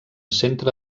centre